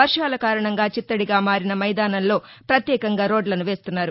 వర్వాల కారణంగా చిత్తడిగా మారిన మైదానంలో ప్రత్యేకంగా రోద్లను వేస్తున్నారు